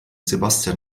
sebastian